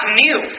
new